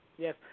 Yes